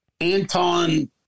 Anton